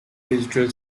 digital